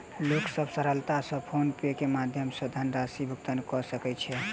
लोक सभ सरलता सॅ फ़ोन पे के माध्यम सॅ धनराशि भुगतान कय सकै छै